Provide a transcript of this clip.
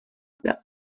the